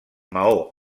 maó